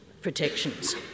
protections